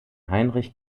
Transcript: heinrich